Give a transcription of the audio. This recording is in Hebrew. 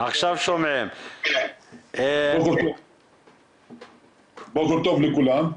בוקר טוב לכולם.